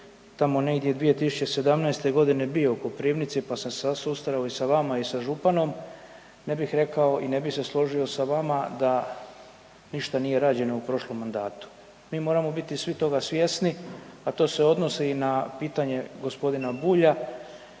tamo gdje 2017. g. bio u Koprivnici pa sam se susreo i sa vama i sa županom, ne bih rekao i ne bih se složio sa vama da ništa nije rađeno u prošlom mandatu. Mi moramo biti svi toga svjesni, a to se odnosi i na pitanje g. Bulja,